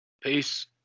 Peace